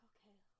Okay